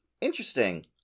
Interesting